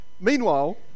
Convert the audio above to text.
meanwhile